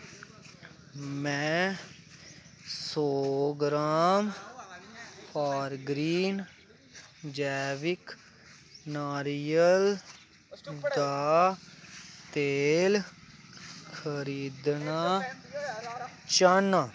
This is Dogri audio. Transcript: में सौ ग्राम फारग्रीन जैविक नारियल दा तेल खरीदना चाह्न्नां